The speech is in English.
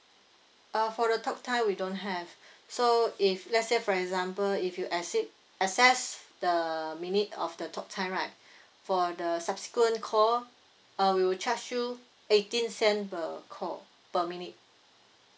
uh for the talk time we don't have so if let's say for example if you exceed excess the minute of the talk time right for the subsequent call uh we will charge you eighteen cent per call per minute